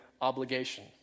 obligation